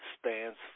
stands